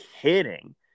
kidding